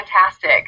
fantastic